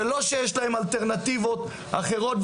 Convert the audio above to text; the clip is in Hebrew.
זה לא שיש להם אלטרנטיבות אחרות.